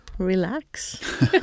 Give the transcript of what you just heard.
Relax